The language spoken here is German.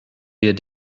wir